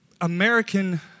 American